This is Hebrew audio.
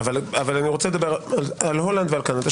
אני רוצה לדבר על הולנד ועל קנדה.